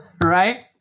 right